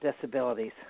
disabilities